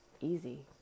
easy